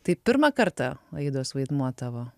tai pirmą kartą aidos vaidmuo tavo